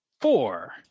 Four